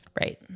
Right